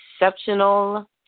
Exceptional